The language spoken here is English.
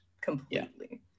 completely